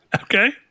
Okay